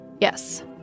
Yes